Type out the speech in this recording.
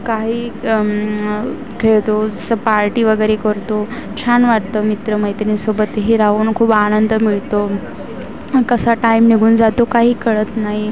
काही खेळतो जसं पार्टी वगैरे करतो छान वाटतं मित्रमैत्रिणींसोबत हे राहून खूप आनंद मिळतो कसा टाईम निघून जातो काही कळत नाही